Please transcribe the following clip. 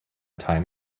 time